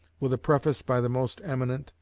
with a preface by the most eminent,